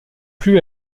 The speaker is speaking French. plus